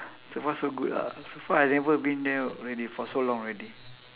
so far so good lah so far I never been there already for so long already